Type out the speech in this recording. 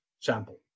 sample